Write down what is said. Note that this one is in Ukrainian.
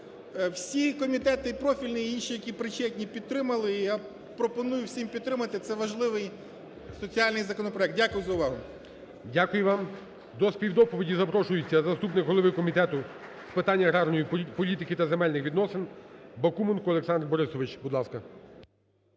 Всі комітети, і профільний, і інші, які причетні, підтримали. Я пропоную всім підтримати, це важливий соціальний законопроект. Дякую за увагу. ГОЛОВУЮЧИЙ. Дякую вам. До співдоповіді запрошується заступник голови Комітету з питань аграрної політики та земельних відносин Бакуменко Олександр Борисович, будь ласка.